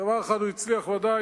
בדבר אחד הוא הצליח ודאי,